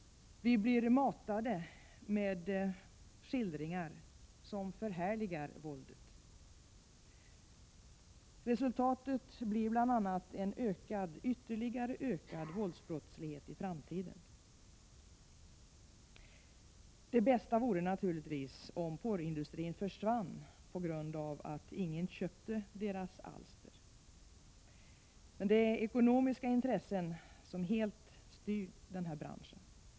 Vi blir matade med skildringar som förhärligar våldet. Resultatet blir bl.a. ytterligare ökad våldsbrottslighet i framtiden. Det bästa vore naturligtvis om porrindustrin försvann på grund av att ingen köpte dess alster — det är ekonomiska intressen som helt styr denna bransch.